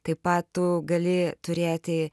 taip pat tu gali turėti